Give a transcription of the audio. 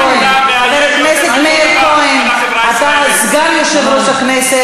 תראה שוב, חבר הכנסת כהן, איך אתה גורר את הכול.